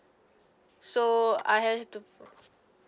so I have to